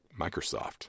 Microsoft